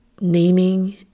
naming